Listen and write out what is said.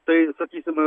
tai sakysim